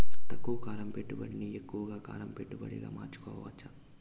తక్కువ కాలం పెట్టుబడిని ఎక్కువగా కాలం పెట్టుబడిగా మార్చుకోవచ్చా?